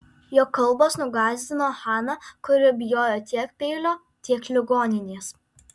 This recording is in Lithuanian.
jo kalbos nugąsdino haną kuri bijojo tiek peilio tiek ligoninės